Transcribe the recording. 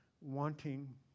wanting